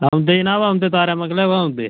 औंदे जनाब औंंदे तारे मंगलें ब औंदे